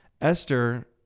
Esther